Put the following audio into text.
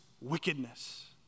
wickedness